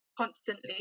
constantly